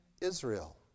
Israel